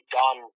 done